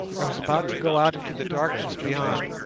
i was about to go out into the darkness beyond,